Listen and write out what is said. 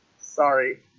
Sorry